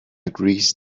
agrees